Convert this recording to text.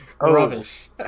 Rubbish